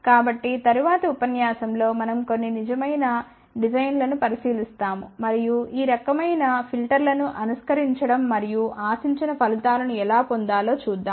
కాబట్టి తరువాతి ఉపన్యాసం లో మనం కొన్ని నిజమైన డిజైన్లను పరిశీలిస్తాము మరియు ఈ రకమైన ఫిల్టర్లను అనుకరించడం మరియు ఆశించిన ఫలితాలను ఎలా పొందాలో చూద్దాం